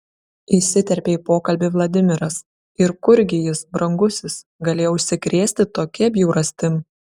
įsiterpė į pokalbį vladimiras ir kurgi jis brangusis galėjo užsikrėsti tokia bjaurastim